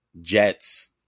Jets